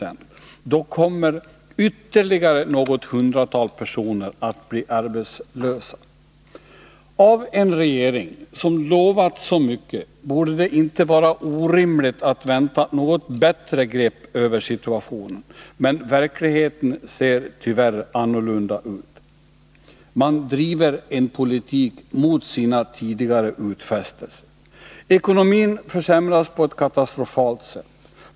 Om den blir så stor, kommer ytterligare något hundratal personer att bli arbetslösa. Det borde inte vara orimligt att av en regering som lovat så mycket vänta något bättre grepp över situtationen. Men verkligheten ser tyvärr annorlunda ut. Man driver en politik mot sina tidigare utfästelser. Ekonomin försämras på ett katastrofalt sätt.